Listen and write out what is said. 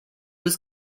was